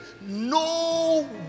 no